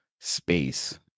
space